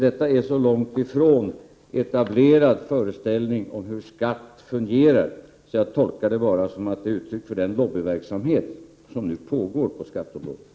Detta är så långt ifrån etablerad uppfattning om hur skatt fungerar att jag tolkar det enbart som uttryck för den lobbyverksamhet som nu pågår på skatteområdet.